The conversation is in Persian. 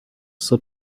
صبح